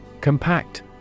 Compact